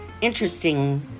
interesting